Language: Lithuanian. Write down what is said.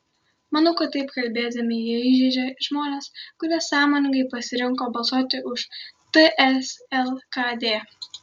manau kad taip kalbėdami jie įžeidžia žmones kurie sąmoningai pasirinko balsuoti už ts lkd